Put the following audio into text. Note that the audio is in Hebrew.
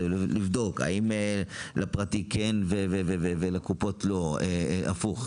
ולבדוק האם לפרטי כן ולקופות לא או הפוך,